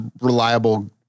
reliable